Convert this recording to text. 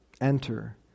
Enter